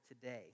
today